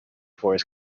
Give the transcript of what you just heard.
forest